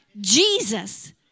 Jesus